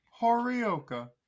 Horioka